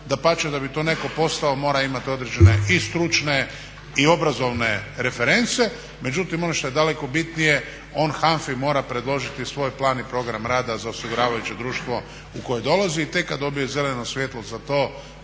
Dapače, da bi to netko postao mora imat određene i stručne i obrazovne reference, međutim ono što je daleko bitnije on HANFA-i mora predložiti svoj plan i program rada za osiguravajuće društvo u koje dolazi i tek kad dobije zeleno svjetlo za to